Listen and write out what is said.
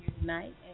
tonight